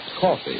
coffee